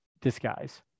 Disguise